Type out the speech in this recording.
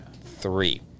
Three